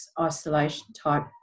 isolation-type